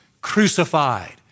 crucified